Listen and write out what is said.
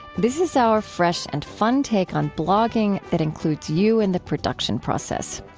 this is our fresh and fun take on blogging that includes you in the production process.